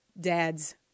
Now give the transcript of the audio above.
dads